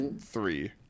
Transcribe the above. three